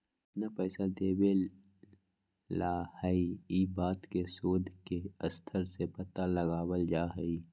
कितना पैसा देवे ला हई ई बात के शोद के स्तर से पता लगावल जा हई